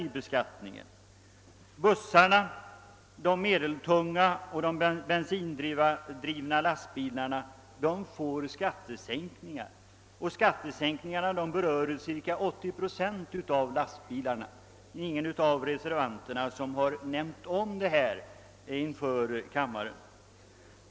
För bussarna liksom för de medeltunga och bensindrivna lastbilarna blir det skattesänkningar; detta gäller cirka 80 procent av samtliga lastbilar. Ingen av reservanterna har nämnt det förhållandet inför kammaren.